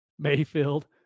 Mayfield